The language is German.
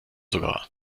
sogar